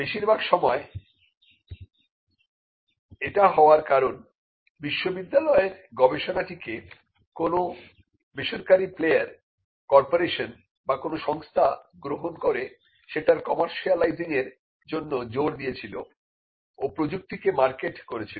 বেশিরভাগ সময়ে এটা হবার কারণ বিশ্ববিদ্যালয়ের গবেষণা টি কে কোন বেসরকারি প্লেয়ার কর্পোরেশন বা কোন সংস্থা গ্রহণ করে সেটার কমার্শিয়ালাইসিংয়ের জন্য জোর দিয়েছিল ও প্রযুক্তিকে মার্কেট করেছিল